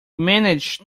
managed